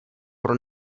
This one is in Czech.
pro